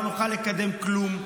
לא נוכל לקדם כלום.